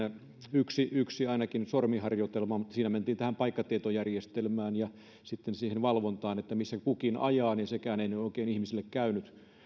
ainakin yksi sormiharjoitelma mutta kun siinä mentiin paikkatietojärjestelmään ja sitten siihen valvontaan missä kukin ajaa niin sekään ei nyt oikein ihmisille käynyt